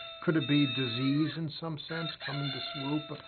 could it be disease in some sense coming to swoop?